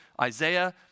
Isaiah